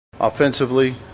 Offensively